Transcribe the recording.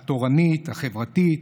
התורנית, החברתית